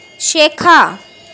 শেখা